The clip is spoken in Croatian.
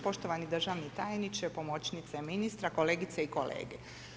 Poštovani državni tajniče, pomoćnice ministra, kolegice i kolege.